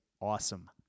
awesome